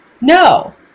no